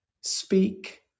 speak